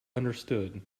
understood